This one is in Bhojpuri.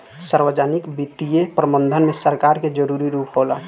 सार्वजनिक वित्तीय प्रबंधन में सरकार के जरूरी रूप होला